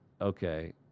okay